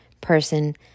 person